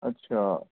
اچھا